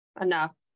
enough